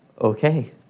okay